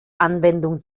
anwendung